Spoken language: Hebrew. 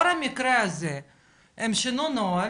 לאור המקרה הזה הם שינו נוהל,